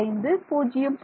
4 0